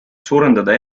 suurendada